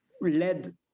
led